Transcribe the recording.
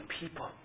people